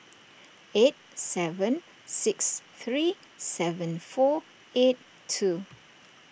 eight seven six three seven four eight two